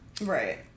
Right